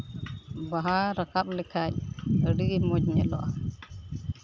ᱵᱟᱦᱟ ᱨᱟᱠᱟᱵᱽ ᱞᱮᱠᱷᱟᱱ ᱟᱹᱰᱤᱜᱮ ᱢᱚᱡᱽ ᱧᱮᱞᱚᱜᱼᱟ